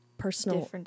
personal